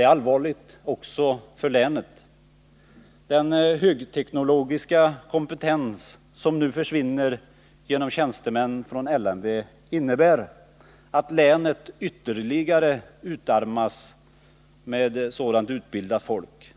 Den högteknologiska 18 december 1979 kompetens som nu går förlorad genom att tjänstemän försvinner från LMV innebär att länet ytterligare utarmas på folk med sådan utbildning som behövs i länet.